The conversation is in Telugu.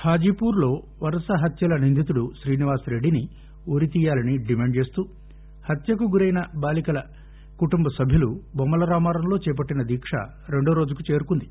హాజీపూర్ లో వరుస హత్యల నిందితుడు శ్రీనివాసరెడ్డిని ఉరి తీయాలని డిమాండ్ చేస్తూ హత్యకు గురైన బాలికల కుటుంబ సభ్యులు బొమ్మలరామారంలో చేపట్టిన దీక్ష రెండోరోజుకు చేరుకుంది